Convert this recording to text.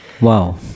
Wow